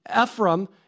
Ephraim